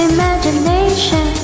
Imagination